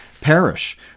perish